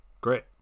Great